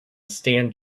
stand